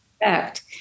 effect